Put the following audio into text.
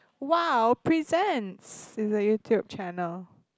Wow Presents is a YouTube channel